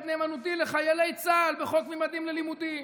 נאמנותי לחיילי צה"ל בחוק ממדים ללימודים.